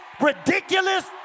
ridiculous